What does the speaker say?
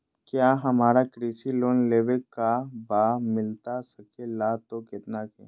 क्या हमारा कृषि लोन लेवे का बा मिलता सके ला तो कितना के?